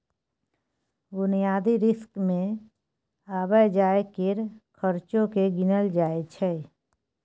बुनियादी रिस्क मे आबय जाय केर खर्चो केँ गिनल जाय छै